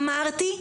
אני אמרתי,